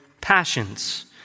passions